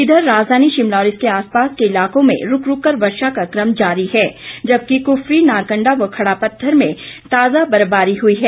इधर राजधानी शिमला और इसके आस पास के इलाकों में रूक रूक कर बर्षा का क्रम जारी है जबकि कुफरी नारकंडा व खड़ा पत्थर में ताजा बर्फबारी हुई है